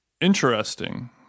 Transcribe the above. Interesting